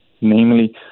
namely